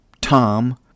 Tom